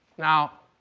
now